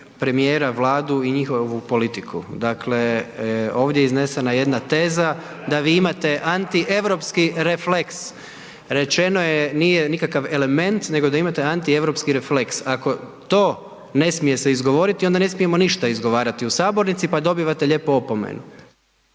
premijera, Vladu i njihovu politiku, dakle ovdje je iznesena jedna teza da vi imate antieuropski refleks, rečeno je, nije nikakav element, nego da imate antieuropski refleks, ako to ne smije se izgovoriti onda ne smijemo ništa izgovarati u sabornici, pa dobivate lijepo opomenu.